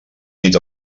nit